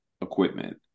equipment